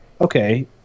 okay